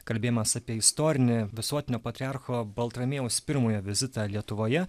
kalbėjimas apie istorinį visuotinio patriarcho baltramiejaus pirmojo vizitą lietuvoje